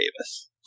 Davis